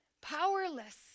Powerless